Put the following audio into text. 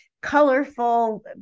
colorful